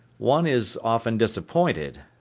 one is often disappointed.